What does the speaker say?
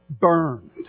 burned